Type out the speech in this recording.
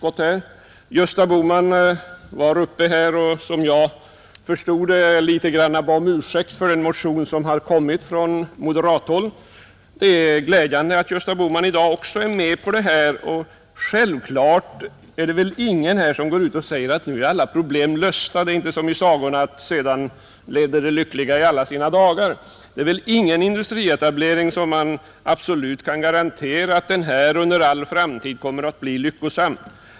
Om jag förstod herr Bohman rätt bad han litet grand om ursäkt för den motion som kommit från moderat håll. Det är glädjande att herr Bohman i dag också är med på detta förslag. Naturligtvis säger ingen här att alla problem nu är lösta; det är inte som i sagorna att ”sedan levde de lyckliga i alla sina dagar”. Inte vid någon industrietablering kan man absolut garantera att den för all framtid kommer att bli lyckosam.